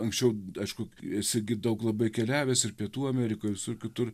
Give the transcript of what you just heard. anksčiau aišku esi gi daug labai keliavęs ir pietų amerikoj visur kitur